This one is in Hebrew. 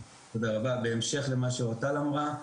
בהמשך למה שאורטל אמרה.